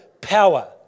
power